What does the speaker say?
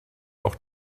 auch